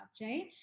Right